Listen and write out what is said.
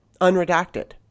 unredacted